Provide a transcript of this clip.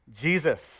Jesus